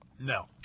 No